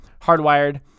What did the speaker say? Hardwired